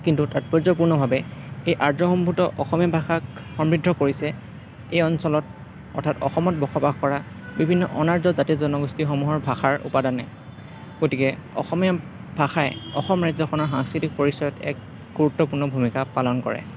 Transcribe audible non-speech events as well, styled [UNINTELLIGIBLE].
কিন্তু তাৎপৰ্যপূৰ্ণভাৱে এই আৰ্য [UNINTELLIGIBLE] অসমীয়া ভাষাক সমৃদ্ধ কৰিছে এই অঞ্চলত অৰ্থাৎ অসমত বসবাস কৰা বিভিন্ন অনাৰ্য জাতি জনগোষ্ঠীসমূহৰ ভাষাৰ উপাদানে গতিকে অসমীয়া ভাষাই অসম ৰাজ্যখনৰ সাংস্কৃতিক পৰিচয়ত এক গুৰুত্বপূৰ্ণ ভূমিকা পালন কৰে